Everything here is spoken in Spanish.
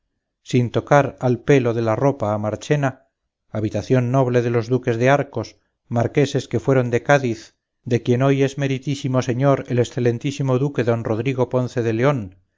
sin tocar al pelo de la ropa a marchena habitación noble de los duques de arcos marqueses que fueron de cádiz de quien hoy es meritísimo señor el excelentísimo duque don rodrigo ponce de león